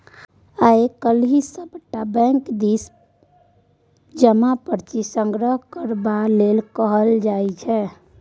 आय काल्हि सभटा बैंक दिससँ जमा पर्ची संग्रह करबाक लेल कहल जाइत छै